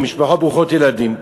ממשפחות ברוכות ילדים,